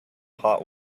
hot